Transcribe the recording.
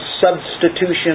substitution